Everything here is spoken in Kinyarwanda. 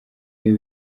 iyo